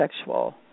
sexual